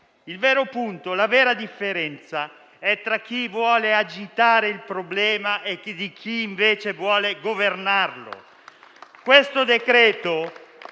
Il vero punto e la vera differenza è tra chi vuole agitare il problema e chi invece vuole governarlo.